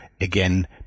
again